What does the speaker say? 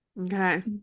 Okay